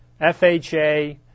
FHA